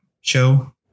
show